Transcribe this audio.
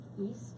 east